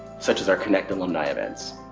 such as our connect alumni events.